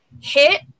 hit